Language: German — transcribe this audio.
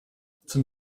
zum